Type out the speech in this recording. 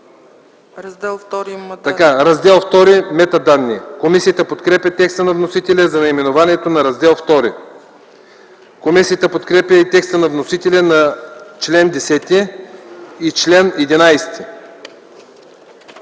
„Раздел ІІ – Метаданни.” Комисията подкрепя текста на вносителя за наименованието на Раздел ІІ. Комисията подкрепя текста на вносителя за чл. 10 и чл. 11.